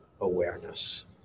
awareness